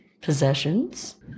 Possessions